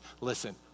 Listen